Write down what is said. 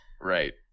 Right